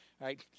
right